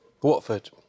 Watford